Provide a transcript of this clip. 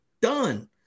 done